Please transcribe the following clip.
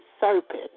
serpent